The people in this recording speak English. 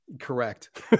correct